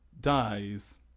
dies